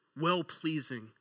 well-pleasing